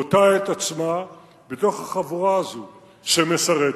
באותה עת עצמה בתוך החבורה הזו שמשרתת,